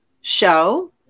show